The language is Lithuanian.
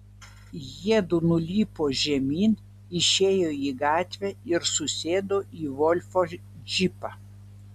jiedu nulipo žemyn išėjo į gatvę ir susėdo į volfo džipą